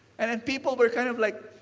and and people were kind of like,